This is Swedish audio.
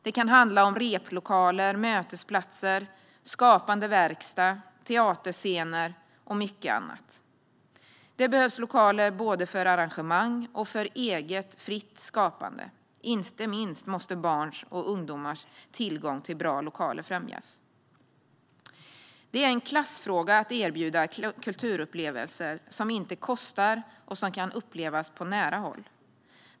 Det kan handla om replokaler, mötesplatser, skapande verkstad, teaterscener och mycket annat. Det behövs lokaler både för arrangemang och för eget, fritt skapande. Inte minst måste barns och ungdomars tillgång till bra lokaler främjas. Det är en klassfråga att erbjuda kulturupplevelser som inte kostar och som kan upplevas på nära håll.